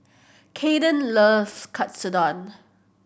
Kaeden love Katsudon